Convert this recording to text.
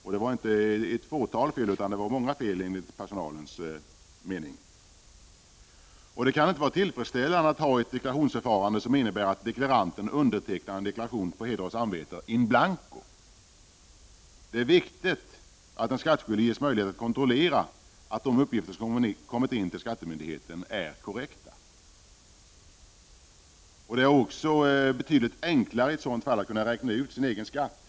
Det handlade inte om ett fåtal fel utan om många, enligt personalen. Det kan inte vara tillfredsställande att ha ett deklarationsförfarande som innebär att deklaranten undertecknar en deklaration på heder och samvete in blanco. Det är viktigt att den skattskyldige ges möjlighet att kontrollera att de uppgifter som har kommit in till skattemyndigheten är korrekta. Det är betydligt enklare i det fallet att räkna ut sin egen skatt.